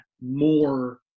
more